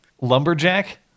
Lumberjack